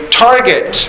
target